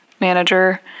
manager